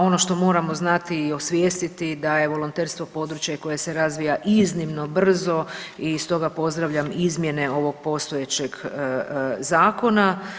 Ono što moramo znati i osvijestiti da je volonterstvo područje koje se razvija iznimno brzo i stoga pozdravljam izmjene ovog postojećeg zakona.